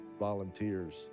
volunteers